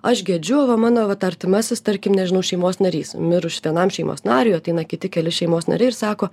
aš gedžiu va mano vat artimasis tarkim nežinau šeimos narys mirus vienam šeimos nariui ateina kiti keli šeimos nariai ir sako